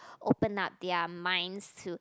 open up their minds to